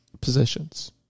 positions